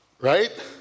right